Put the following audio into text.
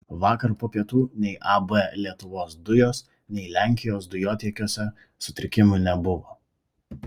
vakar po pietų nei ab lietuvos dujos nei lenkijos dujotiekiuose sutrikimų nebuvo